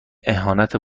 اهانت